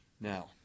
Now